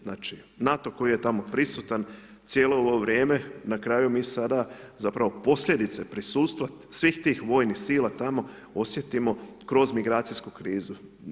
Znači, NATO koji je tamo prisutan cijelo ovo vrijeme, na kraju mi sada, zapravo posljedice prisustva svih tih vojnih sila tamo osjetimo kroz migracijsku krizu.